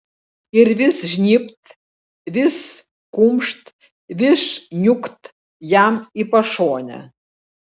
ir vis žnybt vis kumšt vis niūkt jam į pašonę